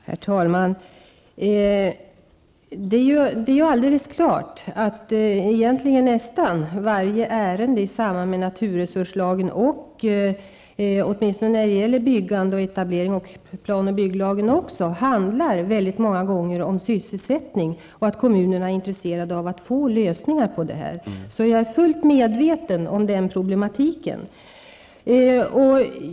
Herr talman! Det är alldeles klart att nästan varenda ärende i samband med naturresurslagen väldigt ofta handlar om sysselsättningen -- åtminstone när det gäller byggande etablering och därmed plan och bygglagen. Därför är kommunerna intresserade av lösningar i frågor av det här slaget. Jag är alltså fullt medveten om problematiken.